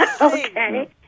Okay